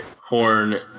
Horn